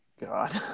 God